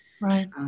Right